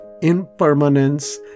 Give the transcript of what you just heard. impermanence